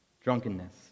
drunkenness